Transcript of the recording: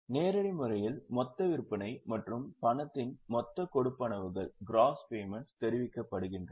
நேரடி முறையில் மொத்த விற்பனை மற்றும் பணத்தின் மொத்த கொடுப்பனவுகள் தெரிவிக்கப்படுகின்றன